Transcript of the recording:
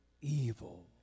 evil